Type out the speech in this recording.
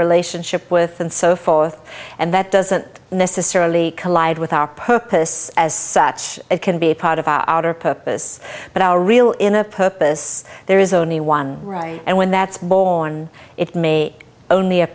relationship with and so forth and that doesn't necessarily collide with our purpose as such it can be a part of our outer purpose but are real in the purpose there is only one right and when that's born it may only